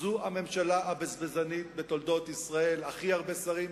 זו הממשלה הבזבזנית בתולדות ישראל, הכי הרבה שרים,